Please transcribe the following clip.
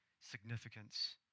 significance